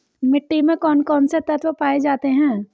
मिट्टी में कौन कौन से तत्व पाए जाते हैं?